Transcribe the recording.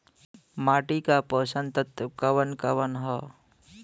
माटी क पोषक तत्व कवन कवन ह?